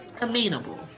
amenable